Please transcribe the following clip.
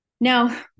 Now